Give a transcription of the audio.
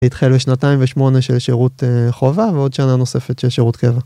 התחיל בשנתיים ושמונה של שירות חובה ועוד שנה נוספת של שירות קבע.